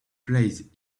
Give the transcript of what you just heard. plays